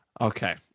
okay